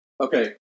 Okay